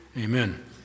Amen